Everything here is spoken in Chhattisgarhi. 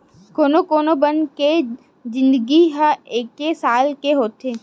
कोनो कोनो बन के जिनगी ह एके साल के होथे